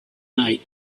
night